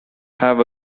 have